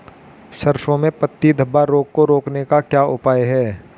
सरसों में पत्ती धब्बा रोग को रोकने का क्या उपाय है?